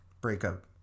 breakup